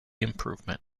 improvement